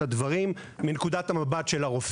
אני רוצה להעביר את הדברים מנקודת המבט של הרופא.